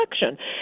election